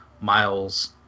miles